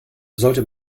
sollte